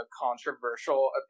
controversial